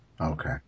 Okay